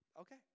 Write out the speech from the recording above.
okay